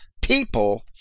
people